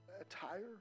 attire